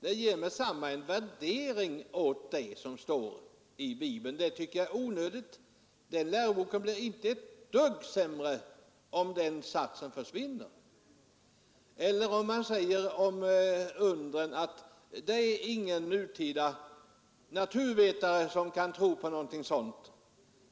Det ger en värdering åt vad som står i Bibeln, och det tycker jag är onödigt. Den läroboken blir inte ett dugg sämre om den satsen försvinner. Om undren står det att ingen nutida naturvetare kan tro på någonting sådant.